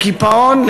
לקיפאון,